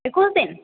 একুশ দিন